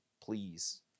please